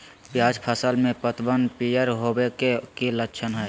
प्याज फसल में पतबन पियर होवे के की लक्षण हय?